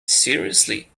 seriously